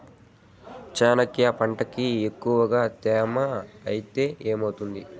చెనక్కాయ పంటకి ఎక్కువగా తేమ ఐతే ఏమవుతుంది?